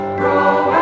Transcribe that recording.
grow